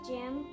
Jim